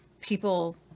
people